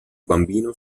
bambino